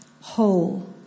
whole